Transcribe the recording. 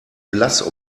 blass